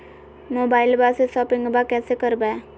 मोबाइलबा से शोपिंग्बा कैसे करबै?